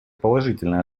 положительно